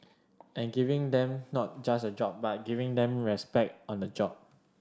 and giving them not just a job but giving them respect on the job